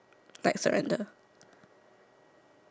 okay ya next picture